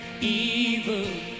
evil